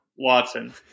Watson